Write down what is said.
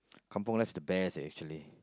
kampong life's the best leh actually